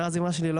מאז אמא שלי,